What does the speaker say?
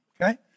okay